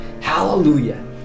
Hallelujah